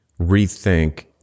rethink